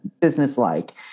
business-like